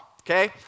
okay